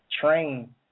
train